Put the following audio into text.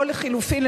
או לחלופין,